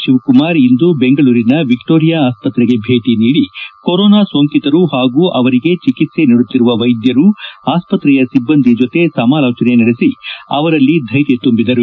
ಶವಕುಮಾರ್ ಇಂದು ಬೆಂಗಳೂರಿನ ವಿಕ್ಷೋರಿಯಾ ಆಸ್ತತ್ರೆಗೆ ಭೇಟಿ ನೀಡಿ ಕೊರೊನಾ ಸೋಂಕಿತರು ಹಾಗೂ ಅವರಿಗೆ ಚಿಕಿತ್ಸೆ ನೀಡುತ್ತಿರುವ ವೈದ್ಧರು ಆಸ್ಪತ್ರೆಯ ಸಿಬ್ಬಂದಿ ಜತೆ ಸಮಾಲೋಚನೆ ನಡೆಸಿ ಅವರಲ್ಲಿ ಧ್ವೆರ್ಯ ತುಂಬಿದರು